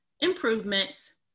improvements